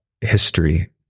history